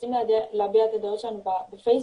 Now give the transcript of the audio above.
רוצים להביע את הדעות שלנו בפייסבוק,